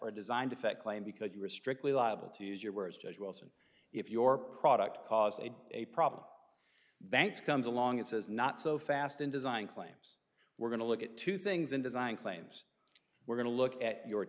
or design defect claim because you were strictly liable to use your words judge wilson if your product caused a problem banks comes along and says not so fast and design claims we're going to look at two things and design claims we're going to look at your